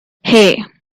hey